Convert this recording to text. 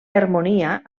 harmonia